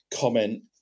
comment